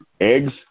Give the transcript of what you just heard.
eggs